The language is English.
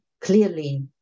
clearly